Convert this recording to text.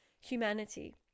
humanity